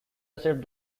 accept